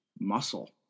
muscle